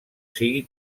sigui